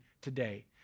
today